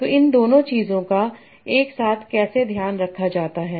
तो इन दोनों चीजों का एक साथ कैसे ध्यान रखा जाता है